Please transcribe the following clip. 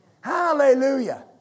Hallelujah